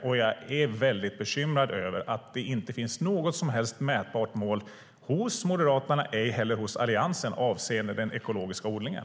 Och jag är mycket bekymrad över att det inte finns något som helst mätbart mål hos Moderaterna, ej heller hos Alliansen, avseende den ekologiska odlingen.